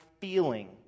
feeling